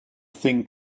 thing